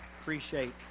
appreciate